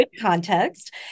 context